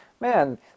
Man